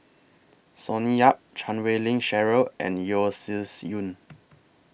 Sonny Yap Chan Wei Ling Cheryl and Yeo Shih Yun